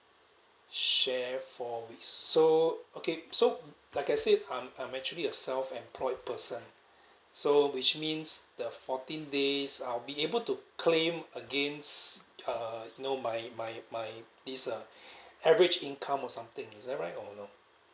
share four weeks so okay so like I say I'm I'm actually a self employed person so which means the fourteen days I'll be able to claim against err you know my my my this uh average income or something is that right or no